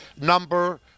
number